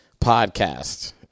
podcast